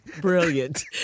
brilliant